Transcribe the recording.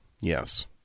Yes